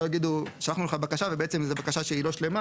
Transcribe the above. שלא יגידו: שלחנו לך בקשה ובעצם זו בקשה לא שלמה